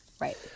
Right